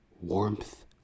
warmth